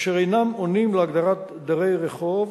אשר אינם עונים להגדרת דרי רחוב,